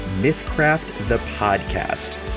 MythCraftThePodcast